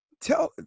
tell